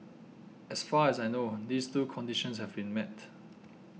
as far as I know these two conditions have been met